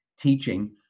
teaching